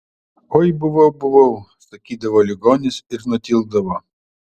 oi buvau buvau sakydavo ligonis ir nutildavo